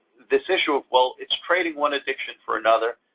this issue of, well, it's trading one addiction for another,